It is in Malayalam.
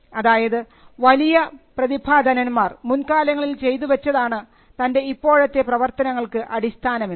അതായത് വലിയ പ്രതിഭാധനന്മാർ മുൻകാലങ്ങളിൽ ചെയ്തു വെച്ചതാണ് തൻറെ ഇപ്പോഴത്തെ പ്രവർത്തനങ്ങൾക്ക് അടിസ്ഥാനമെന്ന്